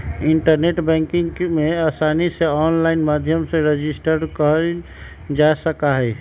internet banking में आसानी से आनलाइन माध्यम से रजिस्टर कइल जा सका हई